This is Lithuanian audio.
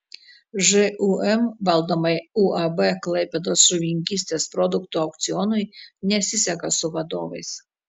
žūm valdomai uab klaipėdos žuvininkystės produktų aukcionui nesiseka su vadovais